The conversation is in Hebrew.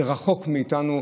זה רחוק מאיתנו.